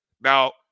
Now